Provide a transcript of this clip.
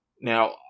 Now